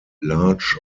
large